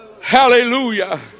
Hallelujah